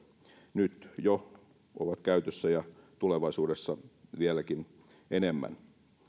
nyt jo ovat käytössä ja tulevaisuudessa vieläkin enemmän